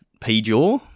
P-Jaw